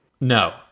No